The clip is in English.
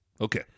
Okay